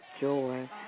joy